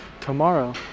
Tomorrow